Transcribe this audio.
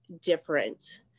different